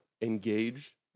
engage